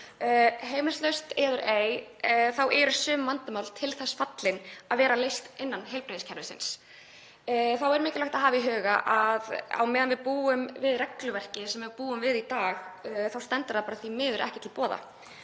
Heimilislaust fólk eður ei, þá eru sum vandamál til þess fallin að vera leyst innan heilbrigðiskerfisins. Þá er mikilvægt að hafa í huga að á meðan við búum við regluverkið sem við búum við í dag þá stendur það bara því miður ekki til boða.